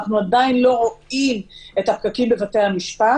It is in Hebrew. אנחנו עדיין לא רואים את הפקקים בבתי המשפט.